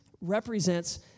represents